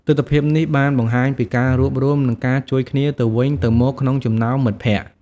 ទិដ្ឋភាពនេះបានបង្ហាញពីការរួបរួមនិងការជួយគ្នាទៅវិញទៅមកក្នុងចំណោមមិត្តភក្តិ។